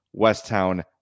Westtown